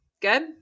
good